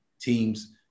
teams